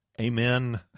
Amen